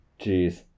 Jeez